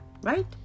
right